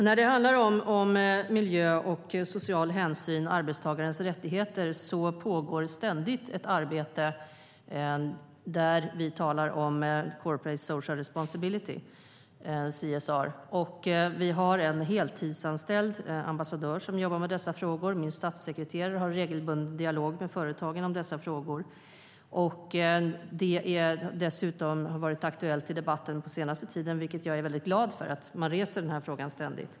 När det handlar om miljö, social hänsyn och arbetstagarens rättigheter pågår ett ständigt arbete där vi talar om corporate social responsibility, CSR. Vi har en heltidsanställd ambassadör som jobbar med dessa frågor, och min statssekreterare har regelbunden dialog med företagen om dessa frågor. Det har dessutom varit aktuellt i debatten den senaste tiden. Jag är glad för att man ständigt reser frågan.